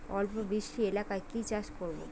অল্প বৃষ্টি এলাকায় কি চাষ করব?